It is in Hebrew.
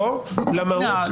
ניתנה.